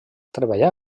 treballà